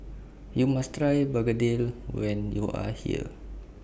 YOU must Try Begedil when YOU Are here